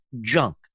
junk